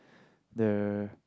the